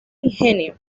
ingenio